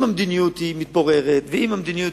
אם המדיניות מתפוררת, ואם המדיניות